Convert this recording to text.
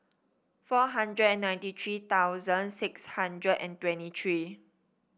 four hundred and ninety three thousand six hundred and twenty three